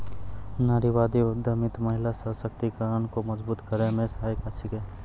नारीवादी उद्यमिता महिला सशक्तिकरण को मजबूत करै मे सहायक छिकै